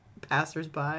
passersby